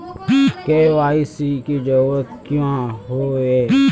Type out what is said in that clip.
KYC की जरूरत क्याँ होय है?